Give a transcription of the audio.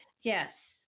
Yes